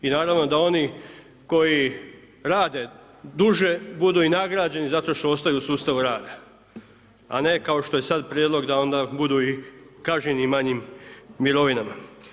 I naravno da oni koji rade duže budu i nagrađeni zato što ostaju u sustavu rada a ne kao što je sad prijedlog da onda budu i kažnjeni manjim mirovinama.